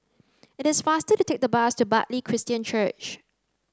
it is faster to take the bus to Bartley Christian Church